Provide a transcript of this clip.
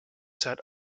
set